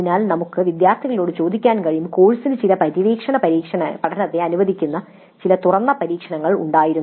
അതിനാൽ നമുക്ക് വിദ്യാർത്ഥികളോട് ചോദിക്കാൻ കഴിയും "കോഴ്സിന് ചില പര്യവേക്ഷണ പഠനത്തെ അനുവദിക്കുന്ന ചില തുറന്ന പരീക്ഷണങ്ങൾ ഉണ്ടായിരുന്നു